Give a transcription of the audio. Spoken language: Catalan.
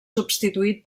substituït